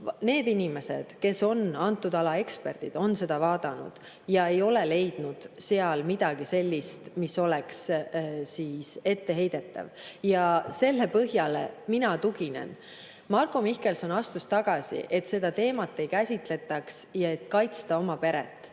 Need inimesed, kes on antud ala eksperdid, on neid vaadanud ja ei ole leidnud midagi sellist, mis oleks etteheidetav. Ja sellele mina tuginen. Marko Mihkelson astus tagasi, et seda teemat ei käsitletaks ja et kaitsta oma peret.